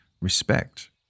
respect